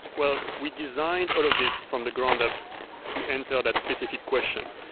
well, we designed all of these from the ground up to answer that specific question.